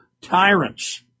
tyrants